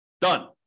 Done